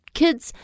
kids